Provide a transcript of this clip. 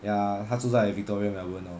ya 他住在 victoria melbourne lor